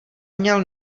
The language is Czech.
měl